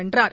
வென்றார்